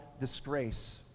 disgrace